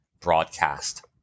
broadcast